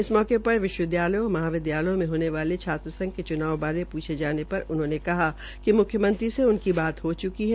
इस मौके पर विश्वविद्यालयों व महाविद्यालयों में होने वाले छात्रसंघ के चुनाव बारे पूछे जाने पर उन्होंने कहा कि मुख्मयंत्री से उनकी बात हो चुकी है